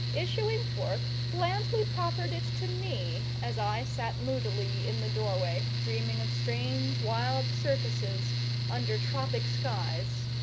issuing forth, blandly proffered it to me as i sat moodily in the doorway dreaming of strange wild circuses under tropic skies.